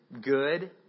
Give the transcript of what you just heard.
good